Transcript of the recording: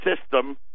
system